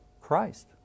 Christ